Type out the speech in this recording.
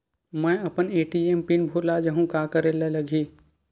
मैं अपन ATM PIN भुला जहु का करे ला लगही?